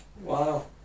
Wow